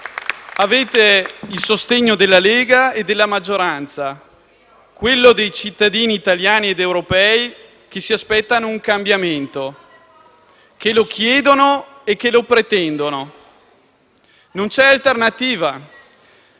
Avete il sostegno della Lega e della maggioranza, quello dei cittadini italiani ed europei che si aspettano un cambiamento, che lo chiedono e lo pretendono. Non c'è alternativa,